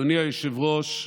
אדוני היושב-ראש,